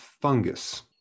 fungus